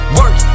work